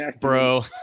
Bro